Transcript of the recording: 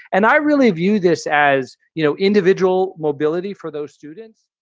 and i really view this as, you know, individual mobility for those students.